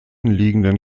liegenden